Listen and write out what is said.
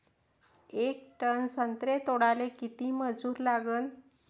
येक टन संत्रे तोडाले किती मजूर लागन?